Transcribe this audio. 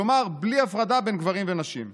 כלומר בלי הפרדה של נשים וגברים".